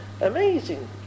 amazing